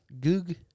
Goog